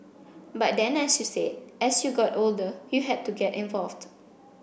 but then as you said as you got older you had to get involved